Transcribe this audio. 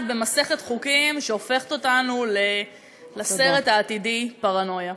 עוד צעד במסכת חוקים שהופכת אותנו לסרט העתידי "פרנויה".